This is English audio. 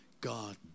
God